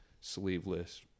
sleeveless